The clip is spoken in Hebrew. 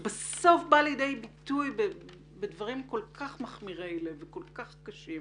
שבסוף בא ליד ביטוי בדברים כל כך מחמירי לב וכל כך קשים.